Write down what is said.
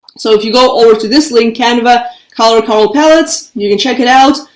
so if you go over to this link canva color color palettes you can check it out.